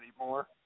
anymore